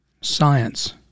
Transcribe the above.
Science